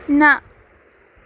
نہَ